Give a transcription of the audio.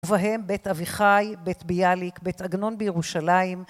ובהם בית אביחי, בית ביאליק, בית עגנון בירושלים.